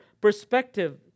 perspective